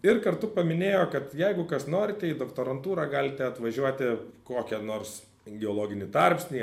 ir kartu paminėjo kad jeigu kas norite į doktorantūrą galite atvažiuoti kokią nors geologinį tarpsnį